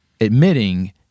admitting